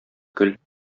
көл